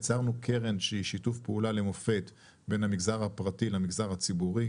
יצרנו קרן שהיא שיתוף פעולה למופת בין המגזר הפרטי למגזר הציבורי,